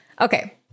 Okay